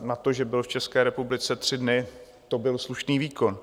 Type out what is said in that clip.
Na to, že byl v České republice tři dny, to byl slušný výkon.